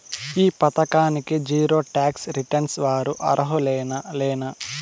ఈ పథకానికి zero tax returns వారు అర్హులేనా లేనా?